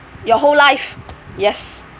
your whole life yes